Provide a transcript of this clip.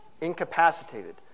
incapacitated